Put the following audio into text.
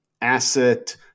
asset